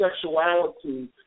sexuality